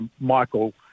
Michael